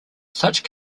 such